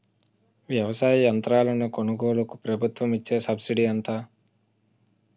వ్యవసాయ యంత్రాలను కొనుగోలుకు ప్రభుత్వం ఇచ్చే సబ్సిడీ ఎంత?